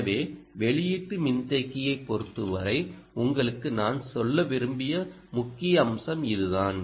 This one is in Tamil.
எனவே வெளியீட்டு மின்தேக்கியைப் பொருத்தவரை உங்களுக்கு நான் சொல்ல விரும்பிய முக்கிய அம்சம் இதுதான்